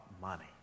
money